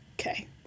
Okay